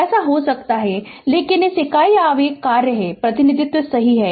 ऐसा हो सकता है लेकिन यह इकाई आवेग कार्य है प्रतिनिधित्व सही है